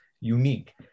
unique